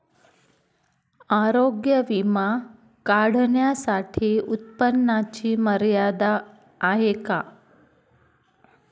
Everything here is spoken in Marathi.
आरोग्य विमा काढण्यासाठी उत्पन्नाची मर्यादा आहे का?